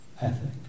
ethic